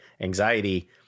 anxiety